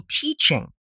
teaching